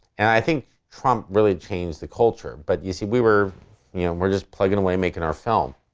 and i think trump really changed the culture, but you see, we were you know were just plugging away making our film.